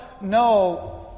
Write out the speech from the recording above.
no